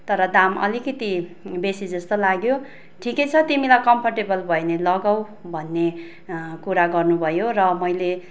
तर दाम अलिकति बेसी जस्तो लाग्यो ठिकै छ तिमीलाई कम्फर्टेबल भयो भने लगाऊ भन्ने कुरा गर्नु भयो र मैले